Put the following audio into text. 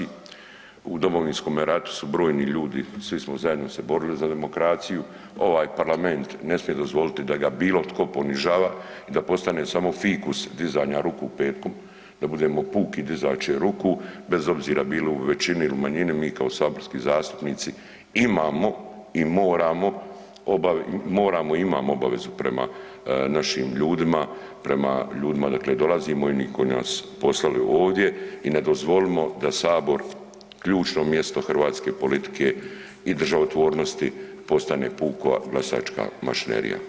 U Domovinskom ratu su brojni ljudi, svi smo zajedno se borili za demokraciju, ovaj parlament ne smije dozvoliti da ga bilo tko ponižava i da postane samo fikus dizanja ruku petkom, da budemo puki dizači ruku bez obzira bili u većini ili manjini mi kao saborski zastupnici imamo i moramo, moramo i imamo obavezu prema našim ljudima, prema ljudima odakle dolazimo i oni koji nas poslali ovdje i ne dozvolimo da sabor, ključno mjesto hrvatske politike i državotvornosti postane puka glasačka mašinerija.